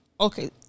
okay